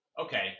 okay